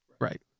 right